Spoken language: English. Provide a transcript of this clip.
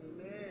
Amen